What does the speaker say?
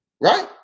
right